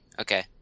Okay